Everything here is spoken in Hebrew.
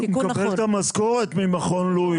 שהוא מקבל את המשכורת ממכון לואיס.